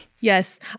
yes